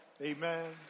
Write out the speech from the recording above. Amen